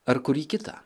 ar kurį kitą